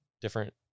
different